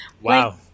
Wow